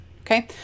okay